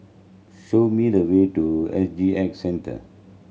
show me the way to S G X Centre